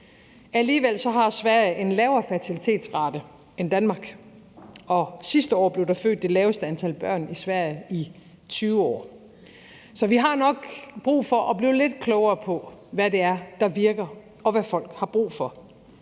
Alligevel har Sverige en lavere fertilitetsrate end Danmark, og sidste år blev der født det laveste antal børn i Sverige i 20 år. Så vi har nok brug for at blive lidt klogere på, hvad det er, der virker, og hvad folk har brug for,